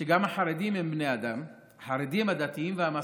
שגם החרדים הם בני אדם.